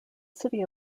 city